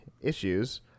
issues